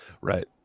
Right